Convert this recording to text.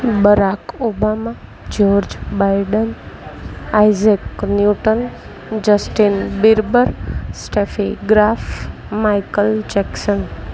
Barack Obama George Biden Isaac Newton Justin Bieber Steffi Graf Michael Jackson